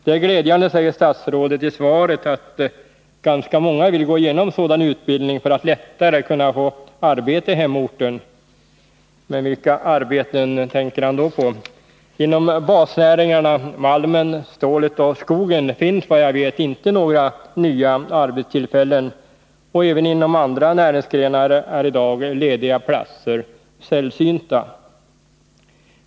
Det är glädjande, säger statsrådet i svaret, att ganska många vill gå igenom sådan utbildning för att lättare kunna få arbete på hemorten. Men vilka arbeten tänker han då på? Inom basnäringarna malmen, stålet och skogen finns, såvitt jag vet, inte några nya arbetstillfällen, och även inom andra näringsgrenar är i dag lediga platser sällsynta.